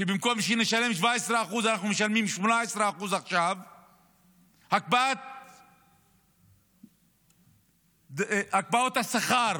כשבמקום שנשלם 17% אנחנו משלמים עכשיו 18%. הקפאות השכר